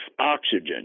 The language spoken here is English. oxygen